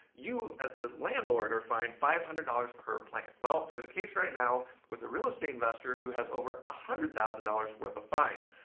you as a landlord or fined five hundred dollars per plant. well, there's a case right now with a real estate investor who has over one hundred thousand dollars worth of fines.